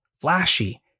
flashy